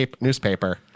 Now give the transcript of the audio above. newspaper